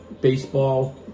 baseball